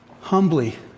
humbly